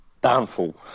downfall